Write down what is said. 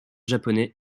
japonais